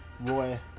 Roy